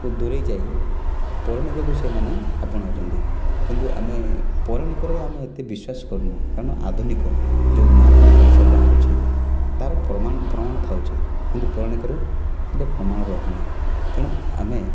ଓ ଦୁରେଇଯାଇ ପୌରାଣିକକୁ ସେମାନେ ଆପଣାଉଛନ୍ତିି କିନ୍ତୁ ଆମେ ପୌରାଣିକରେ ଆମେ ଏତେ ବିଶ୍ୱାସ କରୁନୁ କାରଣ ଆଧୁନିକ ଯେଉଁ ନୂଆନୂଆ ଜିନିଷ ବାହାରୁଛି ତା'ର ପ୍ରମାଣ ପ୍ରମାଣ ଥାଉଛି କିନ୍ତୁ ପୌରାଣିକରୁ ଥିବା ପ୍ରମାଣ ରହୁନି ତେଣୁ ଆମେ